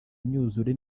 imyuzure